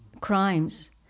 crimes